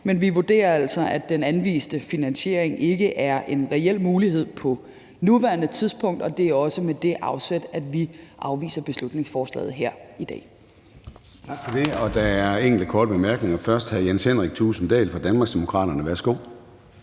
men vi vurderer altså, at den anviste finansiering ikke er en reel mulighed på nuværende tidspunkt, og det er også med det afsæt, at vi afviser beslutningsforslaget her i dag.